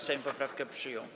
Sejm poprawki przyjął.